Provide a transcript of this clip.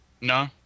No